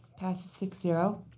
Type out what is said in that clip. passes six zero.